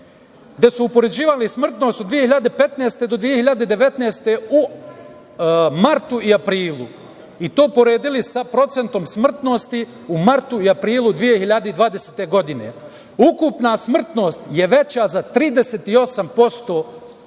gde su upoređivali smrtnost od 2015. do 2019. godine u martu i aprilu i to poredili sa procentom smrtnosti u martu i aprilu 2020. godine. Ukupna smrtnost je veća za 38%